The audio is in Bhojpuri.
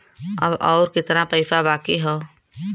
अब अउर कितना पईसा बाकी हव?